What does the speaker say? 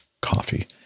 coffee